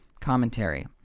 commentary